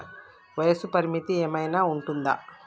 వయస్సు పరిమితి ఏమైనా ఉంటుందా?